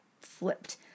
flipped